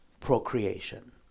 procreation